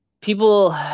people